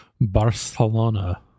barcelona